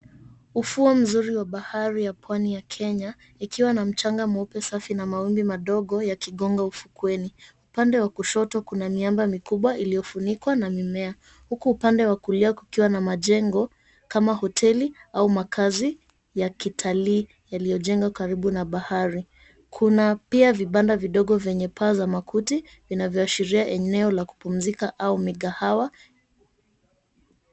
Ufuo mzuri wa bahari ya pwani ya Kenya, ikiwa na mchanga mweupe safi na mawimbi madogo ya kigonga ufukweni. Upande wa kushoto kuna miyamba mikubwa iliyofunikwa na mimea. Uku upande wa kulia kukiwa na majengo kama hoteli au makazi ya kitalii yaliyojengwa karibu na bahari. Kuna pia vibanda vidogo vyenye paa za makuti vinavyoashiria eneo la kupumzika au mikahawa.